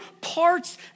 parts